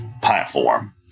platform